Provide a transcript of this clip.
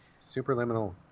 Superliminal